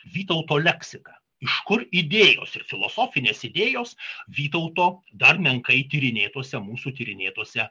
vytauto leksika iš kur idėjos ir filosofinės idėjos vytauto dar menkai tyrinėtose mūsų tyrinėtuose